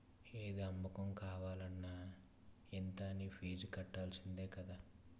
ఏది అమ్మకం కావాలన్న ఇంత అనీ ఫీజు కట్టాల్సిందే కదా